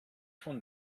von